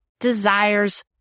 desires